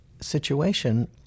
situation